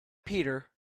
peter